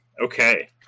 Okay